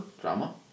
Drama